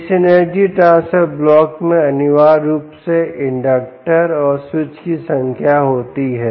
इस energy transfer block में अनिवार्य रूप से इंडक्टर और स्विच की संख्या होती है